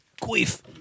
Queef